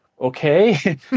okay